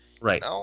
Right